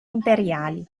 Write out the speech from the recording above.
imperiali